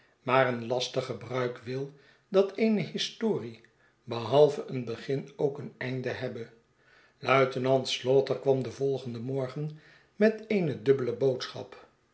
maar een lastig gebruik wil dat eene histor rie behalve een begin ook een einde hebbe luitenant slaughter kwam den volgenden morgen met eene dubbele boodschap